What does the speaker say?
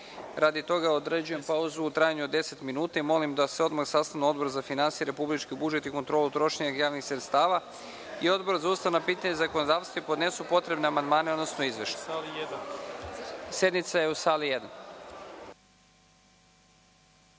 toga određujem pauzu u trajanju od 10 minuta, i molim da se odmah sastanu Odbor za finansije, republički budžet i kontrolu trošenja javnih sredstava i Odbor za ustavna pitanja i zakonodavstvo i podnesu potrebne amandmane, odnosno izveštaj.(Posle